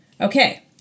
Okay